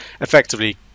effectively